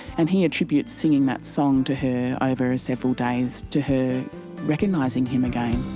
and he attributes singing that song to her over several days to her recognising him again.